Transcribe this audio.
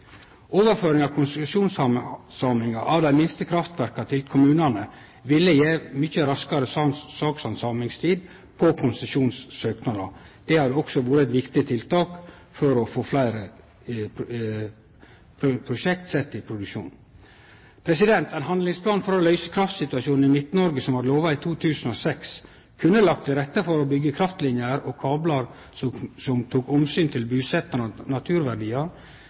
Overføring av konsesjonshandsaming av dei minste kraftverka til kommunane ville gje raskare handsaming av konsesjonssøknader. Det hadde òg vore eit viktig tiltak for å få fleire prosjekt sett i produksjon. Ein handlingsplan for å løyse kraftsituasjonen i Midt-Noreg, som var lova i 2006, kunne ha lagt til rette for å byggje kraftlinjer og kablar som tok omsyn til busetnad og naturverdiar.